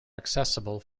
accessible